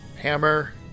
Hammer